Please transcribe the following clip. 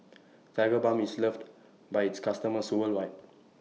Tigerbalm IS loved By its customers worldwide